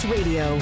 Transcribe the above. Radio